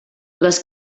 les